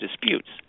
disputes